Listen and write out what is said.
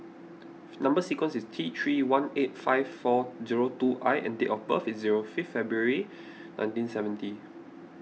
Number Sequence is T three one eight five four zero two I and date of birth is zero fifth February nineteen seventy